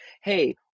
Hey